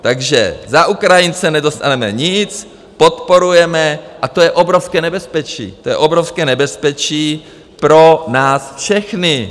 Takže za Ukrajince nedostaneme nic, podporujeme, a to je obrovské nebezpečí, to je obrovské nebezpečí pro nás všechny.